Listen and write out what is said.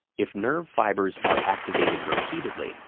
if nerve fibers are activated repeatedly,